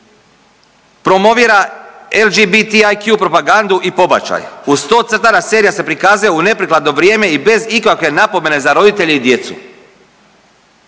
Promovira LGBT TQIA propagandu i pobačaj. Uz to crtana serija se prikazuje u neprikladno vrijeme i bez ikakve napomene za roditelje i djecu